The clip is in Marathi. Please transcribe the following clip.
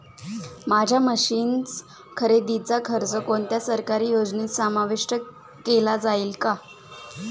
माझ्या मशीन्स खरेदीचा खर्च कोणत्या सरकारी योजनेत समाविष्ट केला जाईल का?